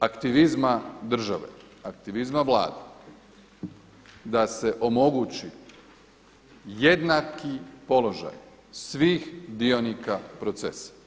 aktivizma države, aktivizma Vlade da se omogući jednaki položaj svih dionika procesa.